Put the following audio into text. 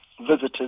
visitors